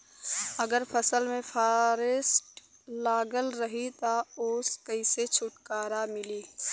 अगर फसल में फारेस्ट लगल रही त ओस कइसे छूटकारा मिली?